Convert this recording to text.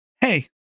hey